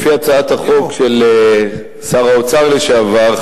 לפי הצעת החוק של שר האוצר לשעבר,